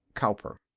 cowper.